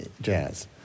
jazz